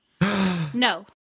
No